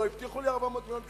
לא הבטיחו לי 400 מיליון,